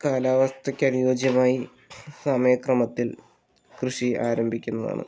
കാലാവസ്ഥയ്ക്ക് അനുയോജ്യമായി സമയക്രമത്തിൽ കൃഷി ആരംഭിക്കുന്നതാണ്